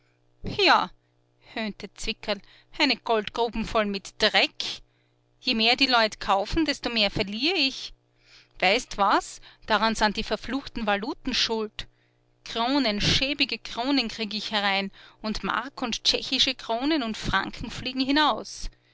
ja höhnte zwickerl eine goldgruben voll mit dreck je mehr die leut kaufen desto mehr verlier ich weißt was daran san die verfluchten valuten schuld kronen schäbige kronen krieg ich herein und mark und tschechische kronen und franken fliegen hinaus